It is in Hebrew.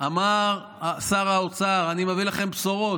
אמר שר האוצר: אני מביא לכם בשורות,